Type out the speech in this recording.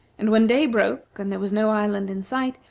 and when day broke, and there was no island in sight,